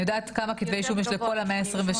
אני יודעת כמה כתבי אישום יש לכל ה-127,